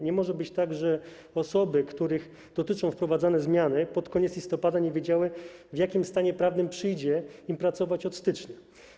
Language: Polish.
Nie może być tak, żeby osoby, których dotyczą wprowadzane zmiany, pod koniec listopada nie wiedziały, w jakim stanie prawnym przyjdzie im pracować od stycznia.